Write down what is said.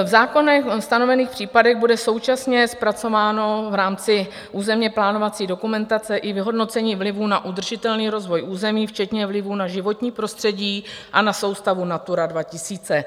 V zákonem stanovených případech bude současně zpracováno v rámci územněplánovací dokumentace i vyhodnocení vlivu na udržitelný rozvoj území včetně vlivu na životní prostředí a na soustavu Natura 2000.